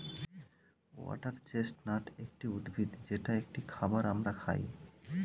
water chestnut একটি উদ্ভিদ যেটা একটি খাবার আমরা খাই